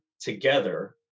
together